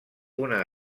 una